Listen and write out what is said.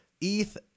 ETH